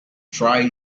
try